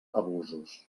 abusos